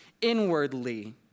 inwardly